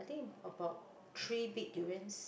think about three big durians